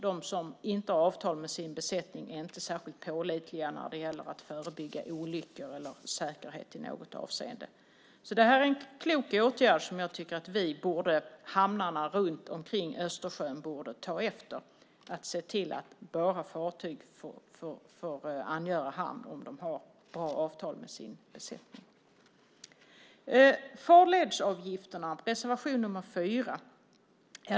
De som inte har avtal med sin besättning är inte särskilt pålitliga när det gäller att förebygga olyckor eller när det gäller säkerhet i något avseende. Det är en klok åtgärd som jag tycker att hamnarna runt omkring Östersjön borde ta efter och se till att fartyg bara får angöra hamn om de har bra avtal med sin besättning. Reservation nr 4 handlar om farledsavgifterna.